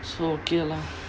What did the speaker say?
so okay lah